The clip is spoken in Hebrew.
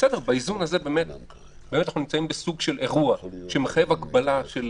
שבאיזון הזה אנחנו נמצאים בסוג של אירוע שמחייב הגבלה של